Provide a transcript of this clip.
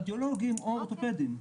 רדיולוגים או אורתופדים.